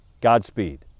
godspeed